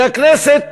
והכנסת